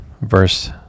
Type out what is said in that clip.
verse